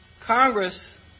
Congress